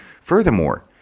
Furthermore